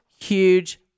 huge